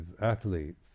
athletes